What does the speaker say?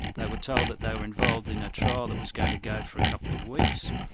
they were told that they were involved in a trial that was going to go for a couple of weeks,